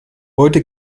heute